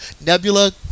Nebula